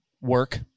work